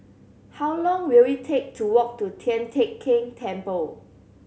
how long will it take to walk to Tian Teck Keng Temple